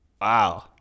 Wow